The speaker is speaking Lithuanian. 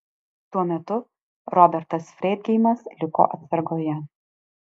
tuo metu robertas freidgeimas liko atsargoje